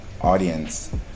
audience